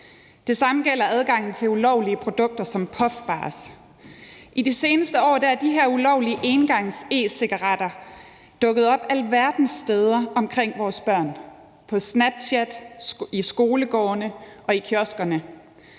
Det samme gælder adgangen til ulovlige produkter som puffbars. I de seneste år er de her ulovlige engangs-e-cigaretter dukket op alverdens steder omkring vores børn: på Snapchat, i skolegårdene og i kioskerne.